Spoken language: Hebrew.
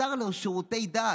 השר לשירותי דת,